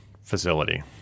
facility